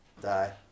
die